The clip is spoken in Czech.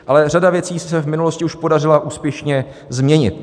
Ale řada věci se v minulosti už podařila úspěšně změnit.